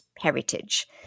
heritage